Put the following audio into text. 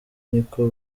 niko